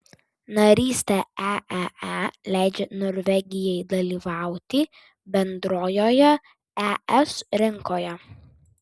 narystė eee leidžia norvegijai dalyvauti bendrojoje es rinkoje